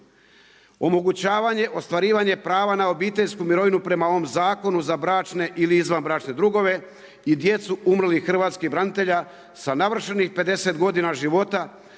Omogućavanje ostvarivanje prava na obiteljsku mirovinu prema ovom zakonu za bračne ili izvanbračne drugove i djecu umrlih hrvatskih branitelja sa navršenih 50 godina života